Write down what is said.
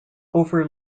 over